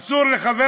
אסור לחבר